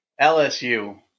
LSU